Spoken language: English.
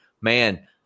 Man